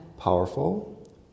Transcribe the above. powerful